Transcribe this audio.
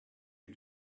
you